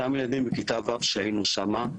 אותם ילדים בכיתה ו' כשהיינו שם,